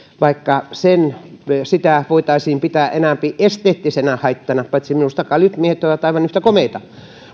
vaikka sitä voitaisiin pitää enempi esteettisenä haittana paitsi minusta kaljut miehet ovat aivan yhtä komeita